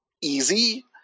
easy